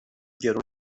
گرون